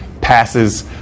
passes